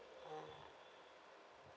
ah